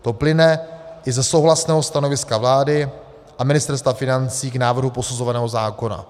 To plyne i ze souhlasného stanoviska vlády a Ministerstva financí k návrhu posuzovaného zákona.